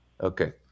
Okay